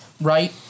Right